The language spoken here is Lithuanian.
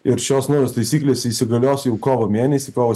ir šios naujos taisyklės įsigalios jau kovo mėnesį kovo